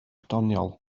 doniol